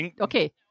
okay